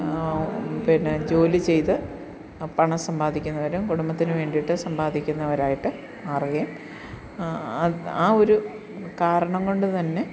പിന്നെ ജോലി ചെയ്തു ആ പണം സാമ്പാദിക്കുന്നവരും കുടുംബത്തിന് വേണ്ടിയിട്ട് സമ്പാദിക്കുന്നവരുമായിട്ട് മാറുകയും ആ ഒരു കാരണം കൊണ്ട് തന്നെ